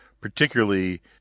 particularly